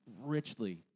richly